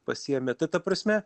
pasiėmė tai ta prasme